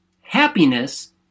happiness